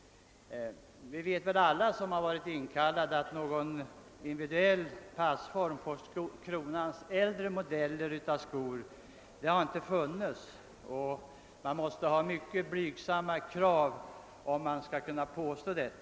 Alla som har varit inkallade vet att det beträffande kronans äldre skomodeller inte förekommer någon individuell utprovning. Man måste ha mycket blygsamma krav för att kunna hävda att så är fallet.